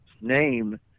name